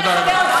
תודה רבה.